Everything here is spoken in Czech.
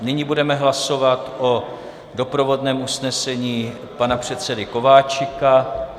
Nyní budeme hlasovat o doprovodném usnesení pana předsedy Kováčika.